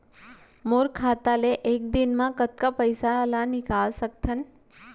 मोर खाता ले एक दिन म कतका पइसा ल निकल सकथन?